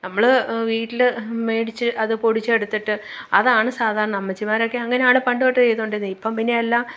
നമ്മൾ വീട്ടിൽ മേടിച്ച് അതു പൊടിച്ചെടുത്തിട്ട് അതാണ് സാധാരണ അമ്മച്ചിമാരൊക്കെ അങ്ങനെയാണ് പണ്ടു തൊട്ടേ ചെയ്തു കൊണ്ടിരുന്നേ ഇപ്പം പിന്നെ എല്ലാം